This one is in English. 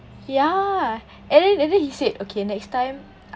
ya and then and then he said okay next time